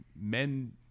men